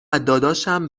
داداشم